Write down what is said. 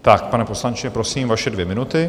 Tak, pane poslanče, prosím, vaše dvě minuty.